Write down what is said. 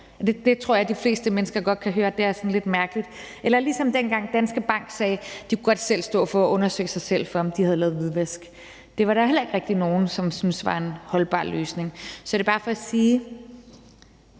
Det tror jeg de fleste mennesker godt kan høre er sådan lidt mærkeligt. Det er ligesom dengang, Danske Bank sagde, at de godt selv kunne stå for at undersøge sig selv, i forhold til om de havde lavet hvidvask. Det var der heller ikke rigtig nogen som syntes var en holdbar løsning. Så det er bare for at sige: